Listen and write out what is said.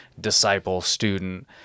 disciple-student